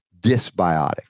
dysbiotic